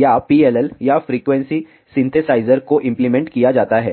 या PLL या frequency synthesizer को इंप्लीमेंट किया जाता है